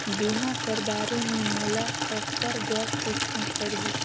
बीमा कर बारे मे मोला ककर जग पूछना परही?